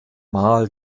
mal